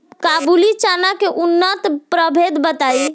काबुली चना के उन्नत प्रभेद बताई?